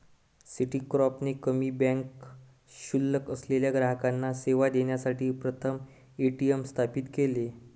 Citicorp ने कमी bank शिल्लक असलेल्या ग्राहकांना सेवा देण्यासाठी प्रथम ए.टी.एम स्थापित केले